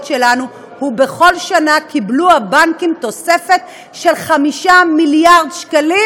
ובכל שנה קיבלו הבנקים תוספת של 5 מיליארד שקלים